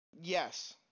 Yes